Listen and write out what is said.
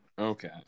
Okay